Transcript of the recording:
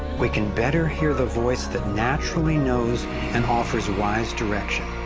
we can better hear the voice that naturally knows and offers wise direction.